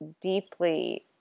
deeply